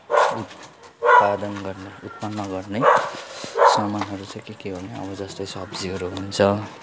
उत्पादन गर्न उत्पन्न गर्ने सामानहरू चाहिँ के के हो भने अब सब्जीहरू हुन्छ